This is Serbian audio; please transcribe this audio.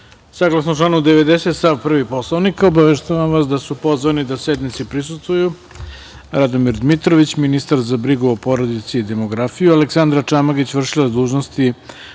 decom. Saglasno članu 90. stav 1. Poslovnika, obaveštavam vas da su pozvani da sednici prisustvuju: Radomir Dmitrović, ministar za brigu o porodici i demografiju, Aleksandra Čamagić, vršilac dužnosti